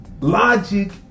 logic